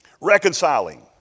reconciling